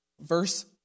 Verse